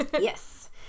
Yes